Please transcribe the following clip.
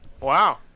Wow